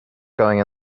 going